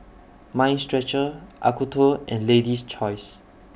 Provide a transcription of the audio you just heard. Mind Stretcher Acuto and Lady's Choice